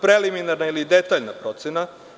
Preliminarna ili detaljna procena.